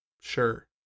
Sure